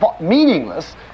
meaningless